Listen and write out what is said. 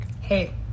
hey